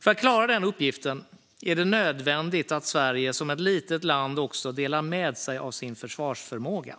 För att klara den uppgiften är det nödvändigt att Sverige som ett litet land också delar med sig av sin försvarsförmåga.